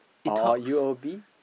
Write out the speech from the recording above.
or or U_O_B